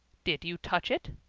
did you touch it?